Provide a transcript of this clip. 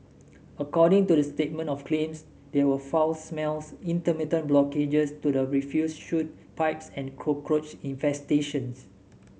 according to the statement of claims there were foul smells intermittent blockages to the refuse chute pipes and cockroach infestations